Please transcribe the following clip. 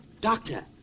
Doctor